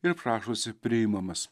ir prašosi priimamas